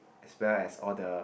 as well as all the